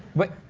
what,